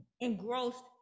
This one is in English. engrossed